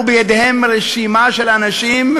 ובידיהם רשימה של אנשים,